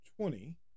twenty